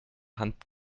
hand